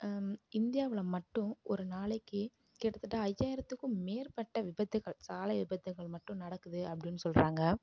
இந்தியாவில் மட்டும் ஒரு நாளைக்கு கிட்டத்தட்ட ஐயாயிரத்துக்கும் மேற்பட்ட விபத்துகள் சாலை விபத்துகள் மட்டும் நடக்குது அப்படின்னு சொல்கிறாங்க